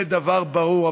זה דבר ברור,